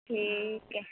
ठीक